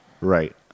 right